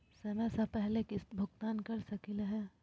समय स पहले किस्त भुगतान कर सकली हे?